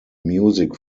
music